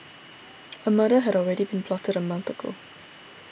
a murder had already been plotted a month ago